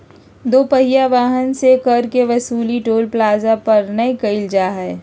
दो पहिया वाहन से कर के वसूली टोल प्लाजा पर नय कईल जा हइ